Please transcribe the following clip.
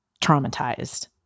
traumatized